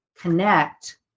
connect